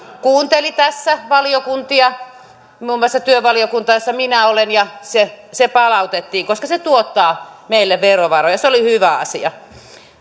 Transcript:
kuunteli tässä valiokuntia muun muassa työvaliokuntaa jossa minä olen ja se se palautettiin koska se tuottaa meille verovaroja se oli hyvä asia